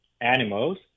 animals